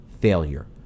failure